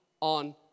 on